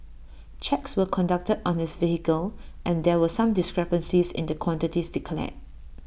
checks were conducted on his vehicle and there were some discrepancies in the quantities declared